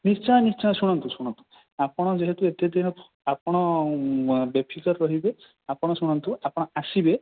ନିଶ୍ଚୟ ନିଶ୍ଚୟ ଶୁଣନ୍ତୁ ଶୁଣନ୍ତୁ ଆପଣ ଯେହେତୁ ଏତେ ଦୂର ଆପଣ ବେଫିକର୍ ରହିବେ ଆପଣ ଶୁଣନ୍ତୁ ଆପଣ ଆସିବେ